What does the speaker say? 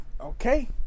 Okay